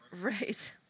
right